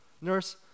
Nurse